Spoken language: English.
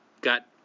got